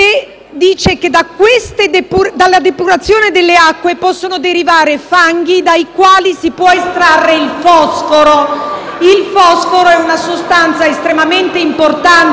dice che dalla depurazione delle acque possono derivare fanghi dai quali si può estrarre il fosforo, che è una sostanza estremamente importante